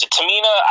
Tamina